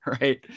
right